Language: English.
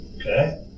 Okay